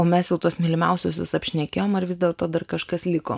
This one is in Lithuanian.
o mes jau tuos mylimiausiuosius apšnekėjome ar vis dėlto dar kažkas liko